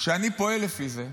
שאני פועל לפי זה,